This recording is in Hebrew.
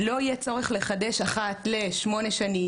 לא יהיה צורך לחדש אחת ל-8 שנים,